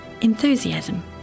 enthusiasm